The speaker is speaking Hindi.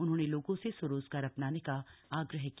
उन्होंने लोगों से स्वरोजगार अपनाने का थ ग्रह किया